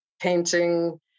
painting